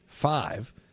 Five